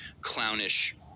clownish